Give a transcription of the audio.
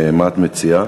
מה את מציעה?